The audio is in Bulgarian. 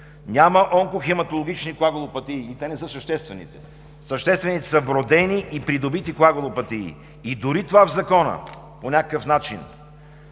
няма онкохематологични коагулопатии и те не са съществените, съществените са вродени и придобити коагулопатии. И дори това по някакъв начин